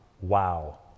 wow